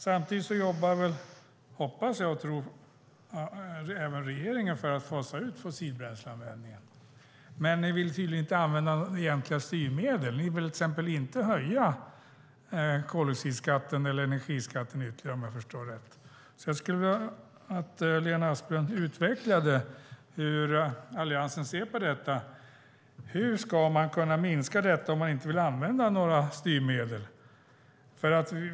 Jag hoppas och tror att även regeringen jobbar för att fasa ut fossilbränsleanvändningen. Men ni vill tydligen inte använda egentliga styrmedel. Ni vill till exempel inte höja koldioxidskatten eller energiskatten ytterligare, om jag förstår det rätt. Jag skulle vilja att Lena Asplund utvecklar hur Alliansen ser på detta. Hur ska man kunna minska detta om man inte vill använda några styrmedel?